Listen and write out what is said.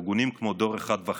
ארגונים כמו דור 1.5,